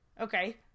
okay